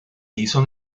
hizo